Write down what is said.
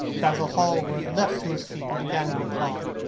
basil hallward leaped to his feet and began to applaud.